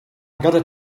gotta